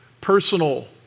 personal